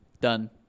Done